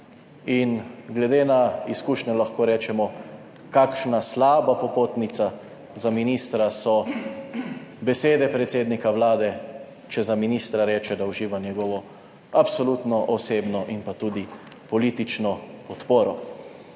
Glede na izkušnje lahko rečemo, kakšna slaba popotnica za ministra so besede predsednika Vlade, če za ministra reče, da uživa njegovo absolutno osebno in pa tudi politično podporo.